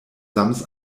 sams